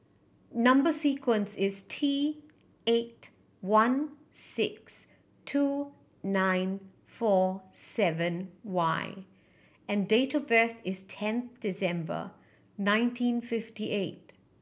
number sequence is T eight one six two nine four seven Y and date of birth is ten December nineteen fifty eight